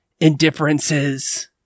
indifferences